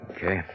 Okay